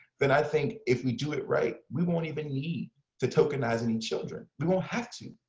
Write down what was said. then i think if we do it right, we won't even need to tokenize any children. we won't have to.